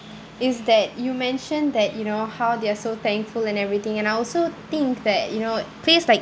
is that you mentioned that you know how they are so thankful and everything and I also think that you know place like